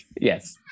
yes